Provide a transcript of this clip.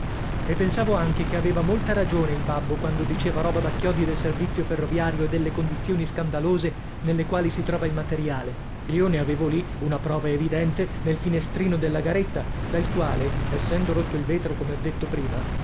e pensavo anche che aveva molta ragione il babbo quando diceva roba da chiodi del servizio ferroviario e delle condizioni scandalose nelle quali si trova il materiale io ne avevo lì una prova evidente nel finestrino della garetta dal quale essendo rotto il vetro come ho detto prima